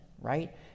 right